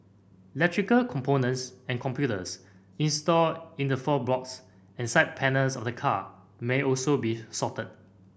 electrical components and computers installed in the floorboards and side panels of the car may also be shorted